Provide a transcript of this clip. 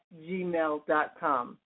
gmail.com